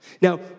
Now